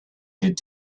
did